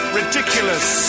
ridiculous